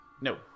No